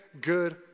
good